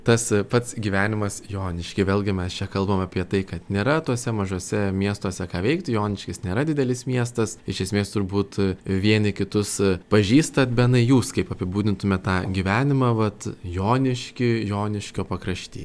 tas pats gyvenimas jonišky vėlgi mes čia kalbam apie tai kad nėra tuose mažuose miestuose ką veikti joniškis nėra didelis miestas iš esmės turbūt vieni kitus pažįstat benai jūs kaip apibūdintumėt tą gyvenimą vat jonišky joniškio pakrašty